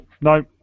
No